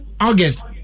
August